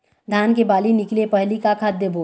धान के बाली निकले पहली का खाद देबो?